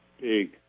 Big